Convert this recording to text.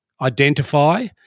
identify